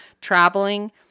traveling